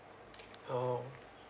oh